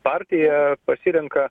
partija pasirenka